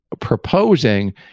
proposing